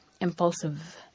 impulsive